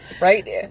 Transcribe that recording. right